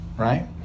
right